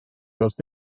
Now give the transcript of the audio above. wrth